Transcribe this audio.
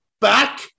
back